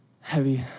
Heavy